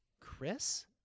Chris